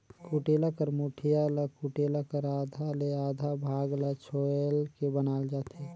कुटेला कर मुठिया ल कुटेला कर आधा ले आधा भाग ल छोएल के बनाल जाथे